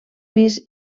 pis